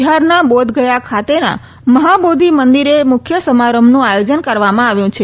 બિહારના બોધગયા ખાતેના મહાબોધી મંદિરે મુખ્ય સમારંભનું આયોજન કરવામાં આવ્યું છે